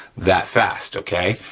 that fast okay.